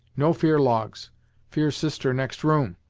no fear logs fear sister next room.